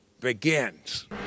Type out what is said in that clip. begins